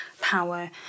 power